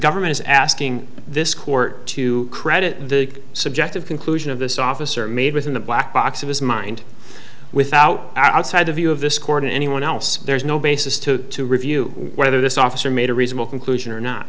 government is asking this court to credit the subjective conclusion of this officer made within the black box of his mind without outside the view of this court and anyone else there's no basis to review whether this officer made a reasonable conclusion or not